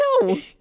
no